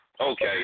okay